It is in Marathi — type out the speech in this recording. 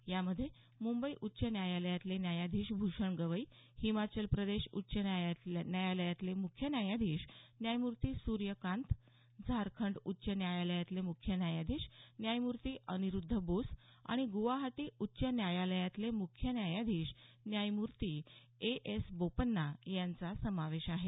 यामध्ये मुंबई उच्च न्यायालयातले न्यायाधीश भूषण गवई हिमाचल प्रदेश उच्च न्यायालयातले मुख्य न्यायाधीश न्यायमूर्ती सूर्य कांत झारखंड उच्च न्यायालयातले मुख्य न्यायाधीश न्यायमूर्ती अनिरुद्ध बोस आणि गुवाहाटी उच्च न्यायालयातले मुख्य न्यायाधीश न्यायमूर्ती ए एस बोपन्ना यांचा समावेश आहे